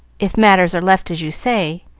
if matters are left as you say.